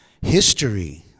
history